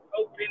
open